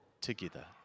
together